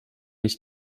ich